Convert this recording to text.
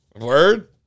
Word